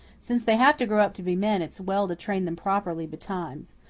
since they have to grow up to be men it's well to train them properly betimes.